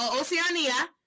Oceania